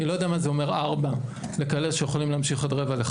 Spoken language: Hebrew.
אני לא יודע מה זה אומר 16:00 לכאלה שיכולים להמשיך עד 16:45